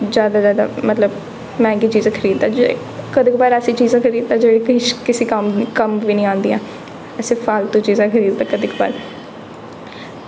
जादै जादै मतलब मैंह्गी चीज़ां खरीददा कदें कदारें ऐसियां चीज़ां खरीददा जेह्ड़ियां किश किसे कम्म बी निं आंदियां ऐसी फालतु चीज़ां खरीददा